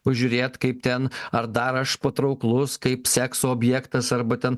pažiūrėt kaip ten ar dar aš patrauklus kaip sekso objektas arba ten